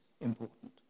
important